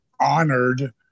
honored